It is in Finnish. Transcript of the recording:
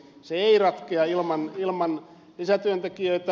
se ei ratkea ilman lisätyöntekijöitä